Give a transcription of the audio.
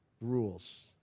rules